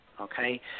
okay